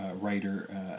writer